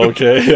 Okay